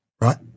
right